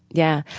yeah.